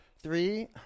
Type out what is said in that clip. Three